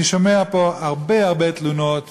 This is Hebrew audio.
אני שומע פה הרבה הרבה תלונות